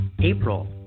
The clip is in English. April